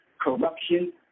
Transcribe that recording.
corruption